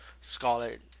Scarlet